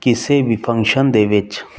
ਕਿਸੇ ਵੀ ਫੰਕਸ਼ਨ ਦੇ ਵਿੱਚ